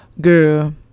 Girl